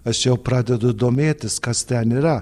aš jau pradedu domėtis kas ten yra